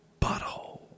butthole